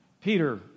Peter